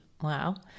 wow